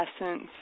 essence